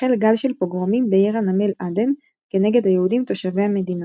החל גל של פוגרומים בעיר הנמל עדן כנגד היהודים תושבי המדינה.